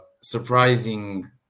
surprising